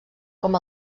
com